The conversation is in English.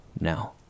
Now